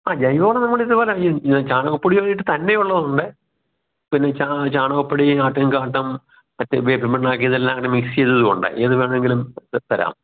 ആ ജൈവവളം നമ്മളിതുപോലെ ഞാൻ ചാണകപ്പൊടി ഇട്ടു തന്നെ ഉള്ള ഉണ്ട് പിന്നെ ചാ ചാണകപ്പൊടി ആട്ടിൻകാട്ടം മറ്റ് വേപ്പിൻ പിണ്ണാക്ക് ഇതെല്ലാം കൂടി മിക്സ് ചെയ്തതുവൊണ്ട് ഏത് വേണമെങ്കിലും തരാം